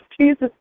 Jesus